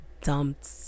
dumped